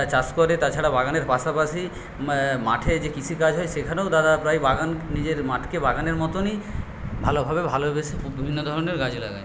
চাষ করে তাছাড়া বাগানের পাশাপাশি মাঠে যে কৃষিকাজ হয় সেখানেও দাদা প্রায় বাগান নিজের মাঠকে বাগানের মতনই ভালোভাবে ভালোবেসে বিভিন্ন ধরনের গাছ লাগায়